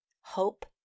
hope